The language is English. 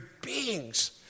beings